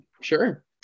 sure